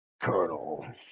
Colonel